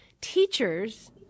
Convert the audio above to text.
Teachers